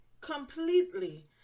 completely